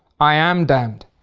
i am damned.